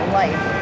life